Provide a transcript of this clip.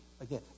Again